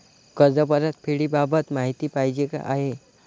कर्ज परतफेडीबाबत माहिती पाहिजे आहे